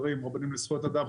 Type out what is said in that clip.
רבנים לזכויות אדם,